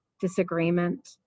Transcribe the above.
disagreement